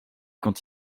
quand